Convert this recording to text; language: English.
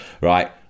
right